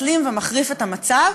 מסלים ומחריף את המצב.